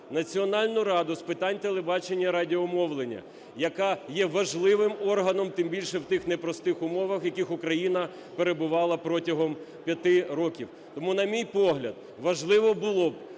Національну раду з питань телебачення і радіомовлення, яка є важливим органом, тим більше в тих непростих умовах, яких Україна перебувала протягом п'яти років. Тому, на мій погляд, важливо було б